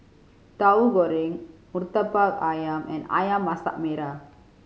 Tauhu Goreng Murtabak Ayam and Ayam Masak Merah